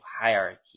hierarchy